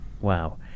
Wow